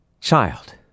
Child